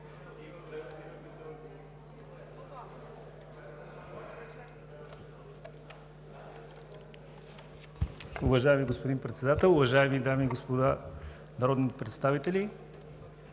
Уважаеми господин Председател, уважаеми дами и господа народни представители!